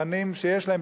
מבחנים שיש להן,